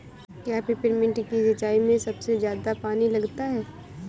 क्या पेपरमिंट की सिंचाई में सबसे ज्यादा पानी लगता है?